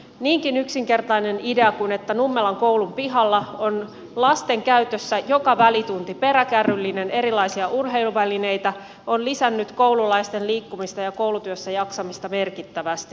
niinkin yksinkertainen idea kuin että nummelan koulun pihalla on lasten käytössä joka välitunti peräkärryllinen erilaisia urheiluvälineitä on lisännyt koululaisten liikkumista ja koulutyössä jaksamista merkittävästi